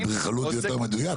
אדריכלות יותר מדויק?